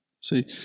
see